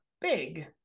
Big